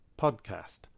PODCAST